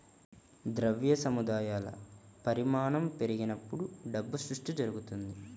ద్రవ్య సముదాయాల పరిమాణం పెరిగినప్పుడు డబ్బు సృష్టి జరుగుతది